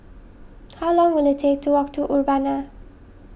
how long will it take to walk to Urbana